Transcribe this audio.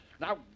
Now